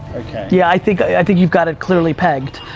okay. yeah, i think, i think you've got it clearly pegged.